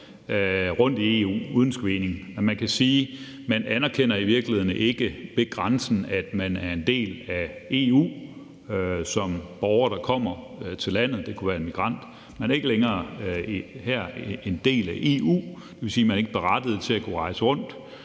rundt i EU uden screening. Vi kan sige, at man ved grænsen i virkeligheden ikke anerkender, at en borger, der kommer til landet – det kunne være en migrant – er en del af EU. Man er her ikke længere en del af EU, og det vil sige, at man ikke er berettiget til at kunne rejse rundt,